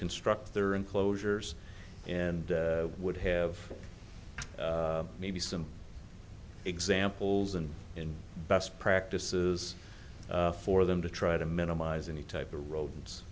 construct their enclosures and would have maybe some examples and in best practices for them to try to minimize any type of rodents